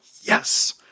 yes